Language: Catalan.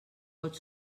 pot